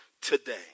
today